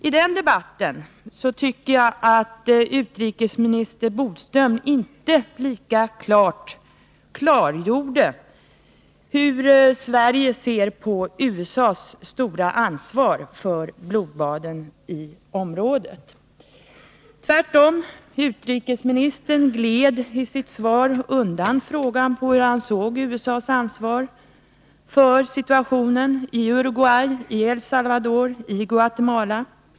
I den debatten tyckte jag att utrikesminister Bodström inte riktigt klargjorde hur Sverige ser på USA:s stora ansvar för blodbaden i området. Tvärtom, utrikesministern gled i sitt svar undan frågan om hur han såg på USA:s ansvar för situationen i Uruguay, El Salvador och Guatemala.